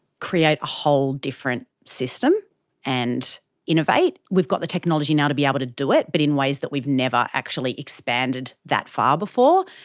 create a whole different system and innovate. we've got the technology now to be able to do it but in ways that we've never actually expanded that far before,